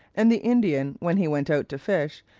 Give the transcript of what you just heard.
and the indian, when he went out to fish,